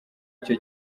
icyo